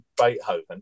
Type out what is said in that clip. Beethoven